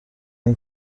این